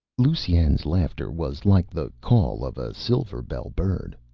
lusine's laughter was like the call of a silverbell bird.